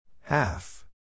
Half